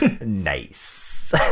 nice